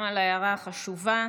גם על ההערה החשובה.